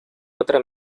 otra